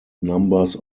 numbers